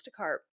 Instacart